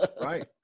Right